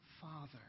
Father